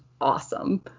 awesome